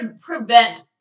prevent